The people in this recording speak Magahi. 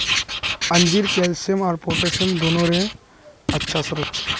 अंजीर कैल्शियम आर पोटेशियम दोनोंरे अच्छा स्रोत छे